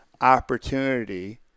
opportunity